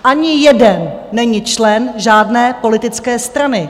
Ani jeden není člen žádné politické strany.